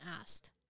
asked